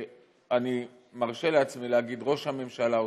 שאני מרשה לעצמי להגיד שראש הממשלה עושה.